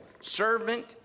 Servant